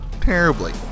terribly